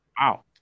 Wow